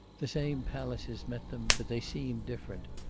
the same palaces met them, but they seemed different.